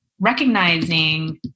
recognizing